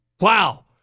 Wow